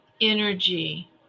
energy